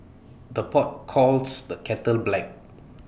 the pot calls the kettle black